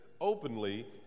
openly